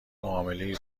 معاملهای